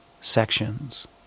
sections